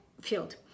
field